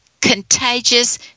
contagious